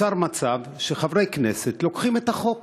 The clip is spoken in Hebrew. נוצר מצב שחברי כנסת לוקחים את החוק,